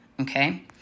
okay